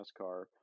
NASCAR